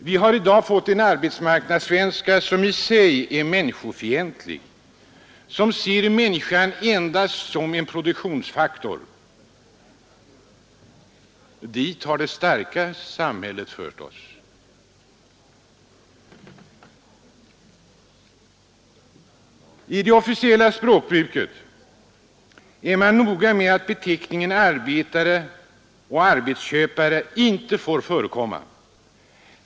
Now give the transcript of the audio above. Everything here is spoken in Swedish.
Vi har i dag fått en arbetsmarknadssvenska som i sig är människofientlig, som ser människan endast som en produktionsfaktor. Dit har det ”starka samhället” fört oss. I det officiella språkbruket är man även noga med att beteckningen ”arbetare” och ”arbetsköpare” inte får förekomma.